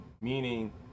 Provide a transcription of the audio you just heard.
meaning